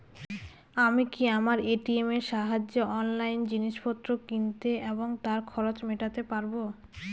আমি কি আমার এ.টি.এম এর সাহায্যে অনলাইন জিনিসপত্র কিনতে এবং তার খরচ মেটাতে পারব?